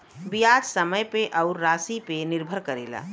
बियाज समय पे अउर रासी पे निर्भर करेला